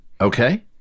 Okay